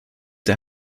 der